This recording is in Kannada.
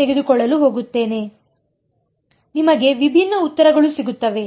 ತೆಗೆದುಕೊಳ್ಳಲು ಹೋಗುತ್ತೇನೆ ನಿಮಗೆ ವಿಭಿನ್ನ ಉತ್ತರಗಳು ಸಿಗುತ್ತವೆ